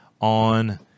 on